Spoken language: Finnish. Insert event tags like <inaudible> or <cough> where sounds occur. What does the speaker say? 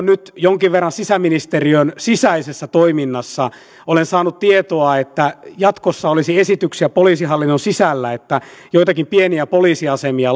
<unintelligible> nyt jonkin verran sisäministeriön sisäisessä toiminnassa olen saanut tietoa että jatkossa olisi esityksiä poliisihallinnon sisällä että joitakin pieniä poliisiasemia <unintelligible>